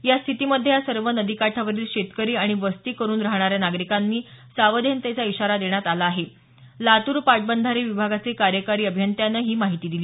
या स्थितीमधे या सर्व नदी काठावरील शेतकरी आणि वस्ती करुन राहणाऱ्या नागरिकांना सावधानतेचा इशारा देण्यात आला आहे असं लातूर पाटबंधारे विभागाचे कार्यकारी अभियंत्यांनं ही माहिती दिली